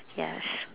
yes